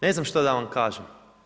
Ne znam što da vam kažem.